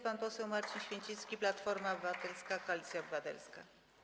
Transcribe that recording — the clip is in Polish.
Pan poseł Marcin Święcicki, Platforma Obywatelska - Koalicja Obywatelska.